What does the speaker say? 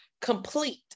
complete